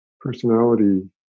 personality